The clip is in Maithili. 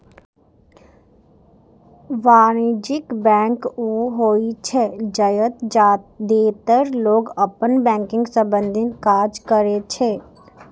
वाणिज्यिक बैंक ऊ होइ छै, जतय जादेतर लोग अपन बैंकिंग संबंधी काज करै छै